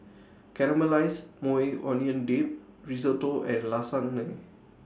Caramelized Maui Onion Dip Risotto and Lasagne